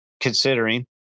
considering